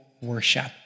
worship